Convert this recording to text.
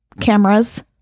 cameras